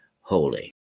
holy